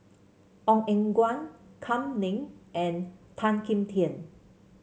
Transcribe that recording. Ong Eng Guan Kam Ning and Tan Kim Tian